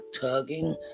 tugging